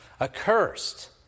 accursed